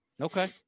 Okay